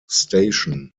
station